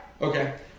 Okay